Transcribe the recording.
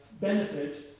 benefit